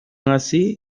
así